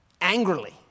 angrily